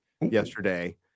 yesterday